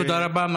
תודה רבה.